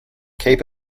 keep